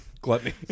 Gluttony